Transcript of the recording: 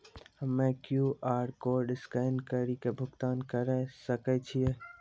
हम्मय QR code scan कड़ी के भुगतान करें सकय छियै?